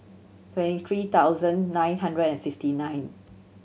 twenty three thousand nine hundred and fifty nine